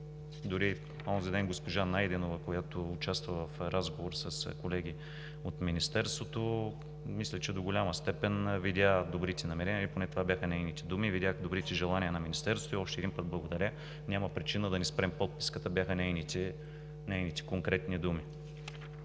Дори онзи ден госпожа Найденова, която участва в разговор с колеги от Министерството, мисля, че до голяма степен видя добрите намерения, или поне това бяха нейните думи: „Видях добрите желания на Министерството и още един път благодаря. Няма причина да не спрем подписката.“, бяха нейните конкретни думи.